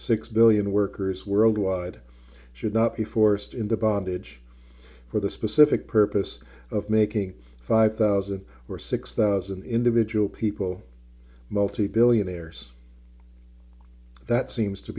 six billion workers worldwide should not be forced into bondage for the specific purpose of making five thousand or six thousand individual people multi billionaires that seems to